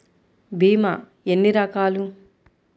భీమ ఎన్ని రకాలు?